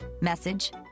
message